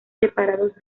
separados